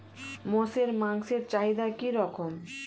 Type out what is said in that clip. মোষের মাংসের চাহিদা কি রকম?